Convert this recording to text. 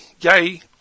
yay